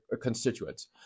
constituents